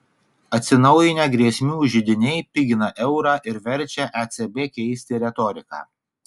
atsinaujinę grėsmių židiniai pigina eurą ir verčia ecb keisti retoriką